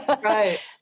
Right